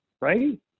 right